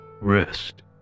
rest